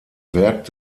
werk